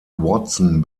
watson